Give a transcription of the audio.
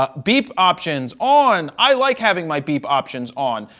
ah beep options, on, i like having my beep options on.